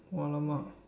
!alamak!